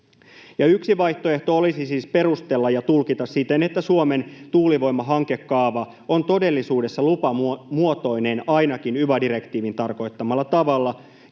Yksi vaihtoehto olisi siis perustella ja tulkita siten, että Suomen tuulivoimahankekaava on todellisuudessa lupamuotoinen ainakin yva-direktiivin tarkoittamalla tavalla